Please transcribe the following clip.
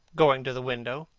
going to the window,